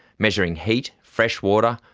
measuring heat, freshwater,